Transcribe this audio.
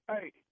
hey